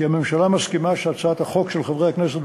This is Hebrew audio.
הממשלה מסכימה שהצעת החוק של חברי הכנסת,